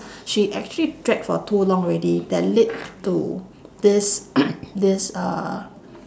she actually drag for too long already that lead to this this uh